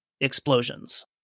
explosions